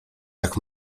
jak